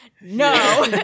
No